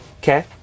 Okay